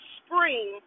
spring